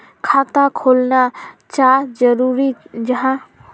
खाता खोलना चाँ जरुरी जाहा?